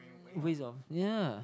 ways of yeah